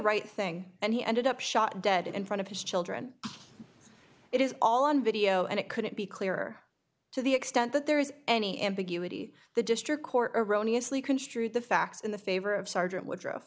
right thing and he ended up shot dead in front of his children it is all on video and it couldn't be clearer to the extent that there is any ambiguity the district court erroneous lee construed the facts in the favor of sergeant wo